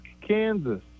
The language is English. kansas